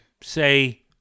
say